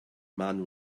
man